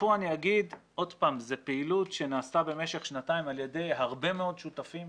זו פעילות שנעשתה במשך שנתיים על ידי הרבה מאוד שותפים.